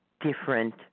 different